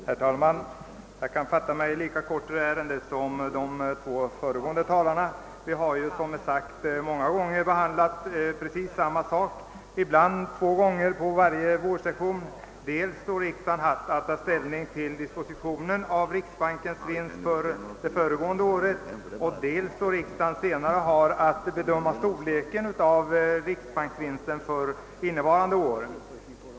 Herr talman! Jag kan fatta mig lika kort som de båda föregående talarna i det här ärendet. Vi har som sagt behandlat precis samma sak många gånger tidigare. Ibland har ärendet debatterats två gånger på en vårsession, dels då riksdagen haft att ta ställning till dispositionen av riksbankens vinst från närmast föregående år, dels då riksdagen senare haft att bedöma storleken av riksbanksvinsten för innevarande år.